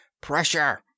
Pressure